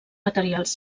materials